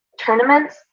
tournaments